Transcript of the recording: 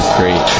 great